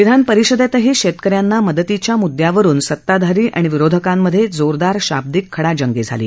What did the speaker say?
विधान परिषदेतही शेतकऱ्यांना मदतीच्या मुदद्यावरून सताधारी आणि विरोधकांमध्ये जोरदार शाब्दिक खडाजंगी झाली